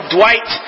Dwight